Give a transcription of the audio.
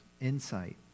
insight